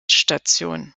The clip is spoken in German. station